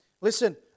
Listen